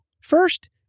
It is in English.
First